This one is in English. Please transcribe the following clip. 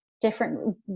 different